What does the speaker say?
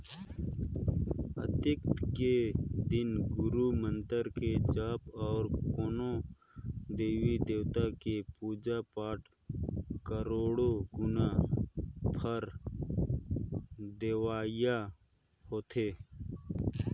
अक्ती के दिन गुरू मंतर के जाप अउ कोनो देवी देवता के पुजा पाठ करोड़ो गुना फर देवइया होथे